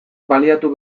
baliatu